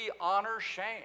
honor-shame